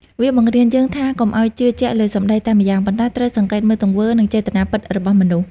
វាបង្រៀនយើងថាកុំឱ្យជឿជាក់លើសម្ដីតែម្យ៉ាង ប៉ុន្តែត្រូវសង្កេតមើលទង្វើ និងចេតនាពិតរបស់មនុស្ស។